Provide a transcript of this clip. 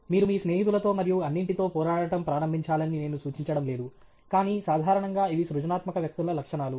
మీరు మీ స్నేహితులతో మరియు అన్నింటితో పోరాడటం ప్రారంభించాలని నేను సూచించడం లేదు కానీ సాధారణంగా ఇవి సృజనాత్మక వ్యక్తుల లక్షణాలు